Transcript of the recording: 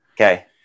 Okay